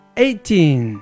eighteen